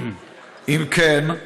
2. אם כן,